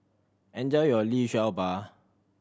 enjoy your Liu Sha Bao